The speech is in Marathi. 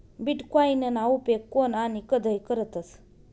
बीटकॉईनना उपेग कोन आणि कधय करतस